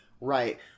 Right